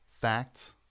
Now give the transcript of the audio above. facts